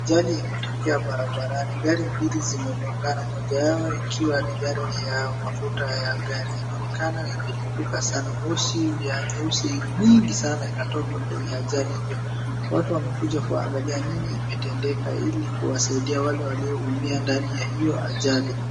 Ajali imetokea barabarani. Gari mbili zimegongana moja yao ikiwa ni gari ya mafuta ya gari. Inaonekana imelipuka sana. Moshi ya nyeusi mingi sana inatoka kwenye ajali hio. Watu wamekuja kuangalia nini imetendeka ili kuwasaidia wale walio umia ndani ya hio ajali.